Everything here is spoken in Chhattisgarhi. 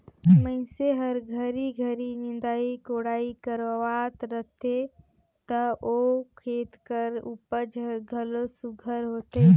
मइनसे हर घरी घरी निंदई कोड़ई करवात रहथे ता ओ खेत कर उपज हर घलो सुग्घर होथे